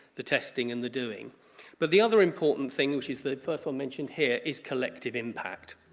the testing and the doing but the other important thing which is the first um mentioned here is collective impact.